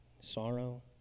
sorrow